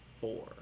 four